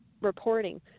reporting